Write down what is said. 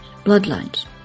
bloodlines